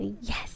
Yes